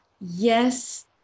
yes